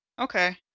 Okay